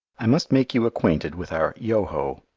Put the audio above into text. i must make you acquainted with our yoho.